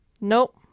Nope